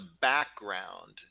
background